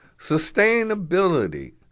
sustainability